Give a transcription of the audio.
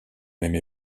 même